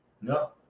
No